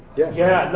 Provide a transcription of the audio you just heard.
yeah. yeah,